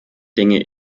dinge